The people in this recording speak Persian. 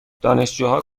دانشجوها